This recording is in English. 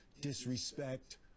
disrespect